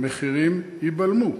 המחירים ייבלמו.